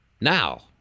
now